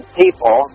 people